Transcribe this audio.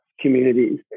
communities